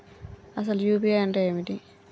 అసలు యూ.పీ.ఐ అంటే ఏమిటి?